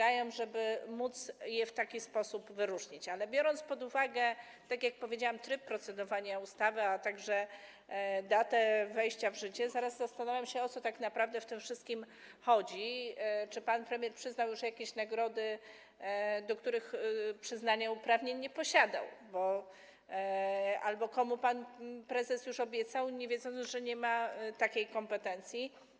Ale biorąc pod uwagę, tak jak powiedziałam, tryb procedowania nad ustawą, a także datę jej wejścia w życie, zaraz zastanawiam się, o co tak naprawdę w tym wszystkim chodzi, czy pan premier przyznał już jakieś nagrody, do których przyznania uprawnień nie posiadał, albo komu pan prezes już obiecał, nie wiedząc, że nie ma takiej kompetencji.